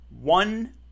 One